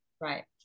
Right